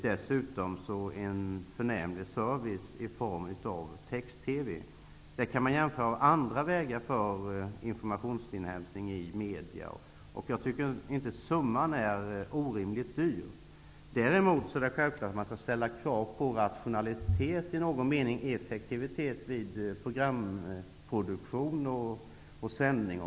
Dessutom får jag en förnämlig service i form av text-TV. Man kan här jämföra med andra vägar för informationsinhämtning i medier. Jag tycker inte att den sammanlagda kostnaden är orimligt hög. Däremot är det självklart att man skall ställa krav på rationalitet och effektivitet vid programproduktion och sändning.